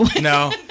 no